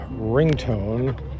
ringtone